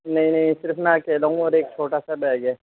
نہیں نہیں صرف میں اکیلا ہوں اور ایک چھوٹا سا بیگ ہے